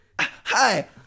Hi